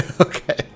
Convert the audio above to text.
Okay